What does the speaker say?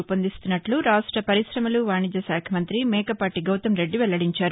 రూపొందిస్తున్నట్లు రాష్ట్ర వరిగ్రశమలు వాణిజ్య శాఖ మంతి మేకపాటి గౌతంరెడ్డి వెల్లడించారు